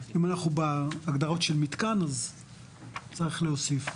אם אנחנו בהגדרות של מתקן אז צריך להוסיף.